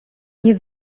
nie